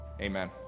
amen